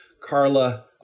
Carla